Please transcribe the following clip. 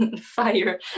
fire